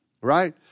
Right